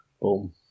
boom